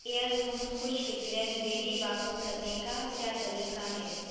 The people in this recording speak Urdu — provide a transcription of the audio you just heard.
ایرتھون خشک کرین بیری واپس کرنے کا کیا طریقہ ہے